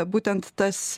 būtent tas